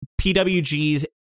PWG's